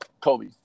Kobe